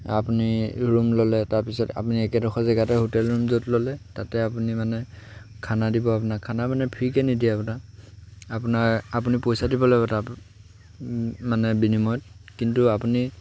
আপুনি ৰুম ল'লে তাৰপিছত আপুনি একেডোখৰ জেগাতে হোটেল ৰুম য'ত ল'লে তাতে আপুনি মানে খানা দিব আপোনাৰ খানা মানে ফ্ৰীকে নিদিয়ে আপোনাৰ আপোনাৰ আপুনি পইচা দিব লাগিব তাৰ মানে বিনিময়ত কিন্তু আপুনি